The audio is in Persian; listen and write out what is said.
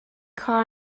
کار